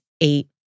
eight